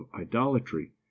idolatry